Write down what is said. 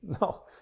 No